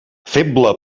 feble